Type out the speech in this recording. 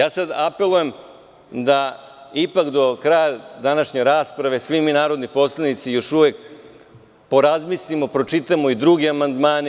Apelujem da ipak do kraja današnje rasprave svi mi narodni poslanici još uvek porazmislimo, pročitamo i druge amandmane.